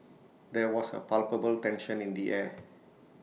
there was A palpable tension in the air